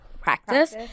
practice